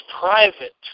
private